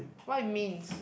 what it means